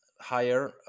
higher